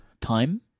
time